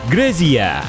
Grezia